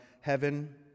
heaven